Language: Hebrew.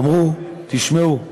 אמרו: תשמעו,